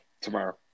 Tomorrow